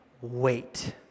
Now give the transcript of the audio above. Wait